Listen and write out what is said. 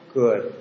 good